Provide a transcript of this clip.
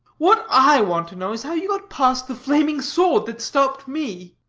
what i want to know is how you got past the flaming sword that stopped me.